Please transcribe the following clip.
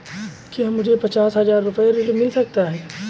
क्या मुझे पचास हजार रूपए ऋण मिल सकता है?